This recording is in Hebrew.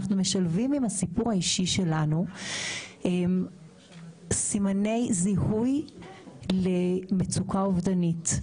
אנחנו משלבים עם הסיפור האישי שלנו סימני זיהוי למצוקה אובדנית.